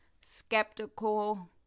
skeptical